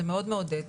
זה מאוד מעודד,